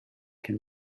can